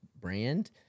brand